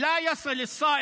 עבודות,